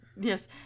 Yes